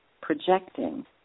projecting